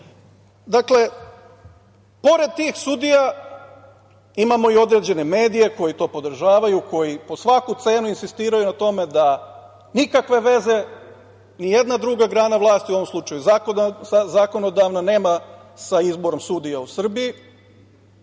pored tih sudija, imamo i određene medije koji to podržavaju, koji po svaku cenu insistiraju na tome da nikakve veze nijedna druga grana vlasti, u ovom slučaju zakonodavna, nema sa izborom sudija u Srbiji